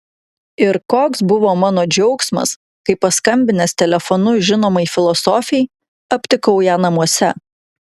ir koks buvo mano džiaugsmas kai paskambinęs telefonu žinomai filosofei aptikau ją namuose